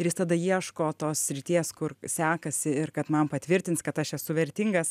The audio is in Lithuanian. ir jis tada ieško tos srities kur sekasi ir kad man patvirtins kad aš esu vertingas